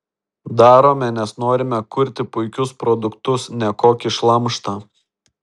darome nes norime kurti puikius produktus ne kokį šlamštą